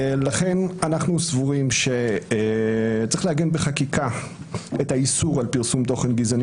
לכן אנחנו סבורים שצריך לעגן בחקיקה את האיסור על פרסום תוכן גזעני